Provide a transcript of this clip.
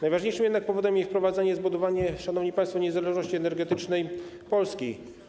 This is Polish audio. Najważniejszym jednak powodem wprowadzenia tych rozwiązań jest budowanie, szanowni państwo, niezależności energetycznej Polski.